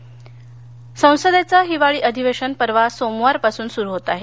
संसद संसदेचं हिवाळी अधिवेशन परवा सोमवारपासून सुरु होत आहे